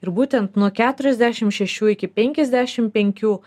ir būtent nuo keturiasdešimt šešių iki penkiasdešimt penkių